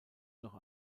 noch